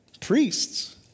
Priests